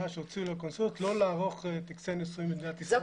שהוציאו לקונסוליות לא לערוך טקסי נישואים במדינת ישראל.